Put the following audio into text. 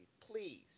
Please